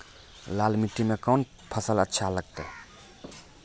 लाल मिट्टी मे कोंन फसल अच्छा लगते?